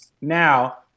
Now